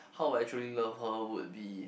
how would I truly love her would be